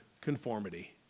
conformity